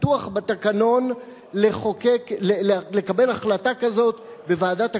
פתוח בתקנון לקבל החלטה כזאת בוועדת הכנסת,